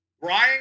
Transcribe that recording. Brian